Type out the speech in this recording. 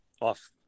off